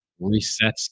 resets